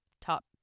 top